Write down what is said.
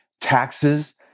taxes